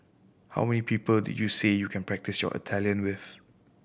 how many people did you say you can practise your Italian with